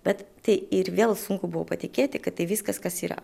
bet tai ir vėl sunku buvo patikėti kad tai viskas kas yra